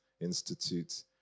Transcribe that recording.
Institute